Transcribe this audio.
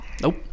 Nope